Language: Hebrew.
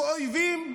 אויבים.